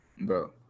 bro